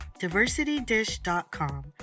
diversitydish.com